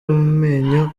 amenyo